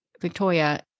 Victoria